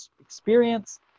experience